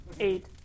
Eight